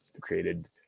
created